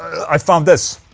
i found this,